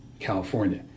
California